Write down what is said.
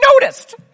noticed